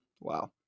Wow